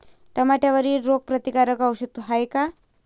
टमाट्यावरील रोग प्रतीकारक औषध हाये का?